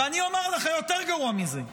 ואני אומר לך, יותר גרוע מזה,